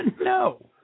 No